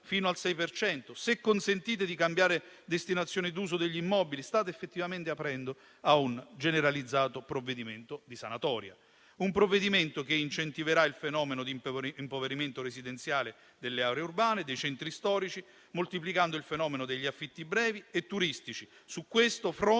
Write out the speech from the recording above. per cento; se consentite di cambiare destinazione d'uso degli immobili, infine, state effettivamente aprendo a un generalizzato provvedimento di sanatoria. Tale provvedimento incentiverà il fenomeno d'impoverimento residenziale delle aree urbane e dei centri storici, moltiplicando il fenomeno degli affitti brevi e turistici. Su questo fronte